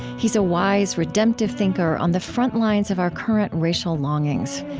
he's a wise, redemptive thinker on the frontlines of our current racial longings.